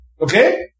Okay